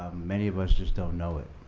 many of us just don't know it.